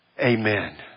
Amen